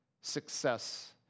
success